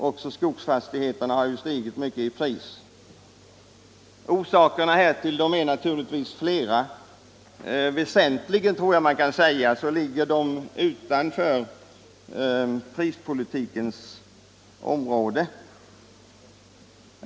Också skogsfastigheterna har stigit kraftigt. Orsakerna härtill är naturligtvis flera. Väsentligen ligger de dock utanför prispolitikens område.